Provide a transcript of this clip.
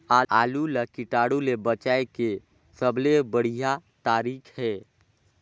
आलू ला कीटाणु ले बचाय के सबले बढ़िया तारीक हे?